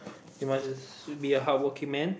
you must be a hardworking man